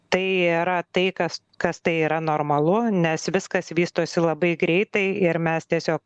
tai yra tai kas kas tai yra normalu nes viskas vystosi labai greitai ir mes tiesiog